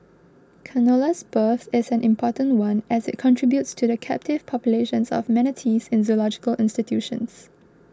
canola's birth is an important one as it contributes to the captive populations of manatees in zoological institutions